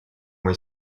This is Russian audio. мой